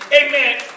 Amen